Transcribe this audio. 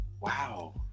Wow